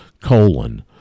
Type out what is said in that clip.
Colon